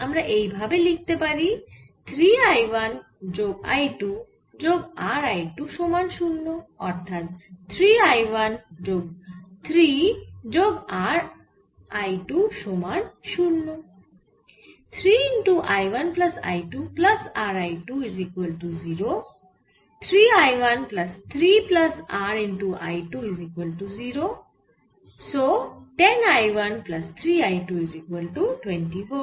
আমরা এই ভাবে লিখতে পারি 3 I 1 যোগ I 2 যোগ R I 2 সমান 0 অর্থাৎ 3 I 1 যোগ 3 যোগ R I 2 সমান 0